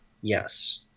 yes